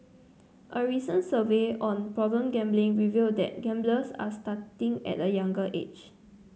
a recent survey on problem gambling revealed that gamblers are starting at a younger age